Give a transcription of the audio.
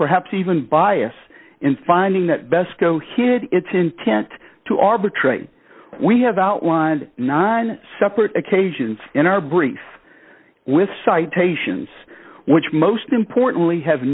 perhaps even bias in finding that best go hid its intent to arbitrate we have outlined nine separate occasions in our brief with citations which most importantly have